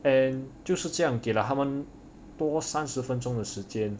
and 就是这样给了他们多三十分钟的时间